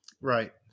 Right